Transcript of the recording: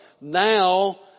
Now